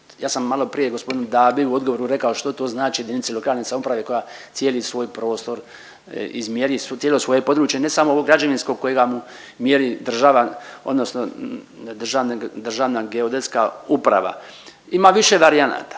ja sam maloprije g. Dabi u odgovoru rekao što to znači JLS koja cijeli svoj prostor izmjeri, cijelo svoje područje ne samo ovo građevinsko kojega mu mjeri država odnosno ne država nego Državna geodetska uprava. Ima više varijanata,